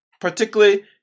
particularly